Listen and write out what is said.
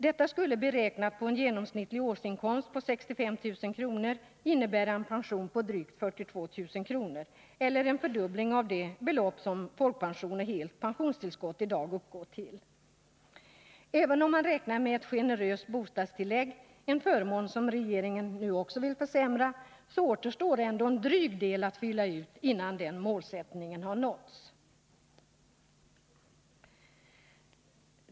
Detta skulle, beräknat på en genomsnittlig årsinkomst på 65 000 kr., innebära en pension på drygt 42000 kr. eller en fördubbling av det belopp som folkpension och helt pensionstillskott i dag uppgår till. Även om man räknar med ett generöst bostadstillägg — en förmån som regeringen också vill försämra — så återstår en dryg del att fylla ut innan den målsättningen har nåtts.